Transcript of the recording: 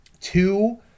Two